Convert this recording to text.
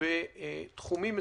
בתחומים מסוימים.